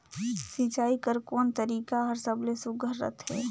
सिंचाई कर कोन तरीका हर सबले सुघ्घर रथे?